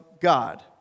God